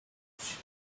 wreckage